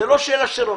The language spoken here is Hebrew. זו לא שאלה של רוב,